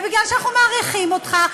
ומפני שאנחנו מעריכים אותך,